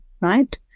right